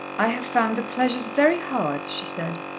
i have found the pleasures very hard, she said.